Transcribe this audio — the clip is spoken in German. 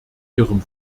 ihrem